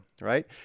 right